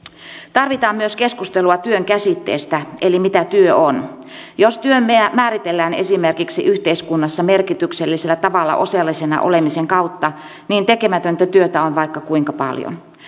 tarvitaan myös keskustelua työn käsitteestä eli mitä työ on jos työ määritellään esimerkiksi yhteiskunnassa merkityksellisellä tavalla osallisena olemisen kautta niin tekemätöntä työtä on vaikka kuinka paljon